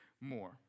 more